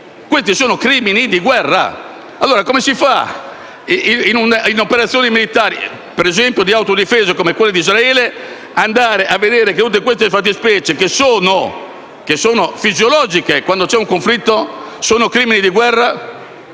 Questi sono crimini di guerra. Come si fa in operazioni militari, ad esempio di autodifesa, come quelle di Israele, a stabilire che queste fattispecie, che sono fisiologiche quando c'è un conflitto, sono crimini di guerra